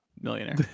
Millionaire